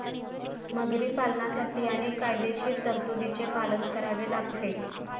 मगरी पालनासाठी अनेक कायदेशीर तरतुदींचे पालन करावे लागते